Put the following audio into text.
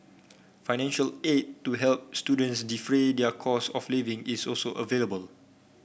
financial aid to help students defray their cost of living is also available